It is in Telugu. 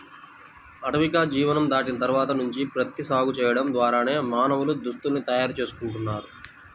ఆటవిక జీవనం దాటిన తర్వాత నుంచి ప్రత్తి సాగు చేయడం ద్వారానే మానవులు దుస్తుల్ని తయారు చేసుకుంటున్నారు